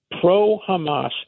pro-Hamas